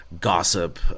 gossip